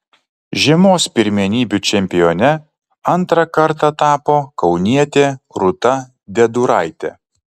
žiemos pirmenybių čempione antrą kartą tapo kaunietė rūta deduraitė